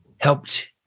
helped